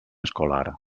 escolar